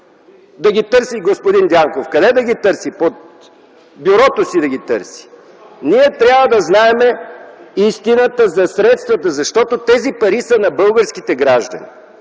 Да ги търси господин Дянков! Къде да ги търси? Под бюрото си да ги търси?! Ние трябва да знаем истината за средствата, защото тези пари са на българските граждани,